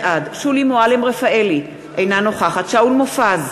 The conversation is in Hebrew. בעד שולי מועלם-רפאלי, אינה נוכחת שאול מופז,